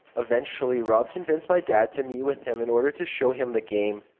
eventually, rob convinced my dad to meet with him in order to show him the game.